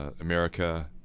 America